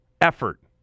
effort